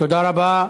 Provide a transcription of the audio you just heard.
תודה רבה.